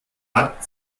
hat